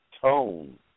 tone